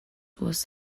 was